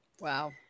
wow